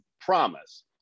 promise